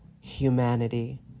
humanity